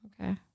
Okay